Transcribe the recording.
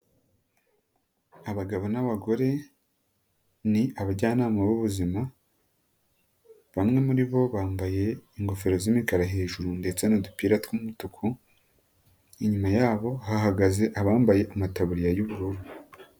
Abagabo n'abagore ni abajyanama b'ubuzima, bamwe muri bo bambaye ingofero z'imikara hejuru ndetse n'udupira tw'umutuku, inyuma yabo hahagaze abambaye amataburiya y'ubururu.